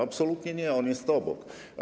Absolutnie nie, on jest obok.